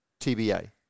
TBA